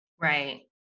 Right